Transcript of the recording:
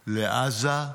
ונחטפו לעזה.